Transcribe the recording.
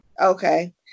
Okay